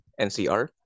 NCR